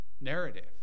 narrative